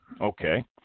okay